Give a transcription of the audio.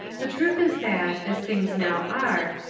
the truth is that, as things now are,